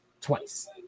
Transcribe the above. twice